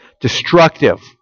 Destructive